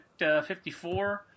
54